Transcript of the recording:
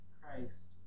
Christ